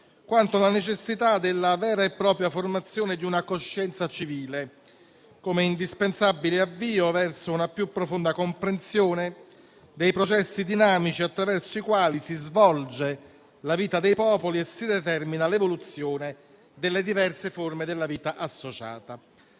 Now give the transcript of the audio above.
quanto che sia necessaria la vera e propria formazione di una coscienza civile, come indispensabile avvio verso una più profonda comprensione dei processi dinamici attraverso i quali si svolge la vita dei popoli e si determina l'evoluzione delle diverse forme della vita associata.